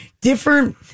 different